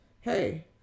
hey